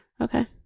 Okay